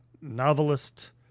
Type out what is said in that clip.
novelist